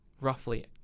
roughly